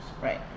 Right